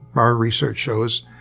our research shows,